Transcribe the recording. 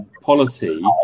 policy